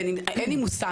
אין לי מושג,